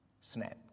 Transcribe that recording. snapped